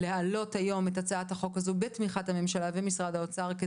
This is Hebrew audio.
להעלות היום את הצעת החוק הזו בתמיכת הממשלה ומשרד האוצר,